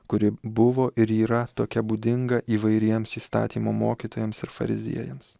kuri buvo ir yra tokia būdinga įvairiems įstatymo mokytojams ir fariziejams